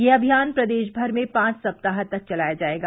यह अभियान प्रदेश भर में पांच सप्ताह तक चलाया जायेगा